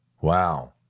Wow